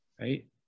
right